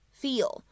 feel